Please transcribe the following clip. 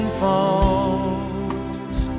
falls